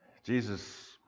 Jesus